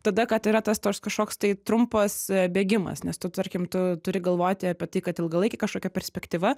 tada kad yra tas toks kažkoks tai trumpas bėgimas nes tu tarkim tu turi galvoti apie tai kad ilgalaikė kažkokia perspektyva